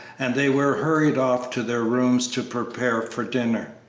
and they were hurried off to their rooms to prepare for dinner.